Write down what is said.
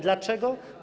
Dlaczego?